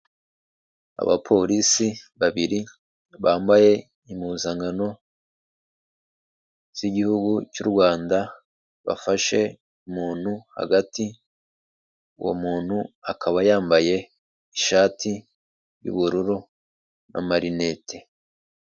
Abapolisi babiri, bambaye impuzankano z'igihugu cy'u Rwanda, bafashe umuntu hagati, uwo muntu akaba yambaye ishati y'ubururu n'amarinete.